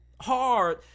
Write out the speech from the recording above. hard